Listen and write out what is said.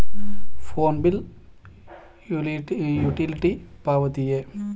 Phone bill utility ಪಾವತಿಯೇ?